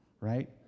right